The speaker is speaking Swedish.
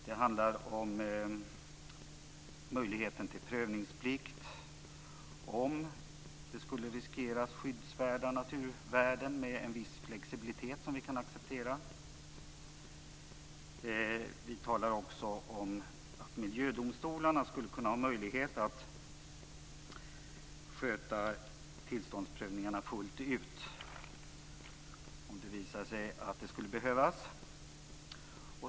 Det handlar om möjligheten till prövningsplikt om skyddsvärda naturvärden skulle riskeras med en viss flexibilitet som vi kan acceptera. Vi talar också om att miljödomstolarna skulle ha möjlighet att sköta tillståndsprövningarna fullt ut om det visar sig att det skulle behövas.